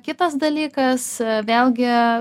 kitas dalykas vėlgi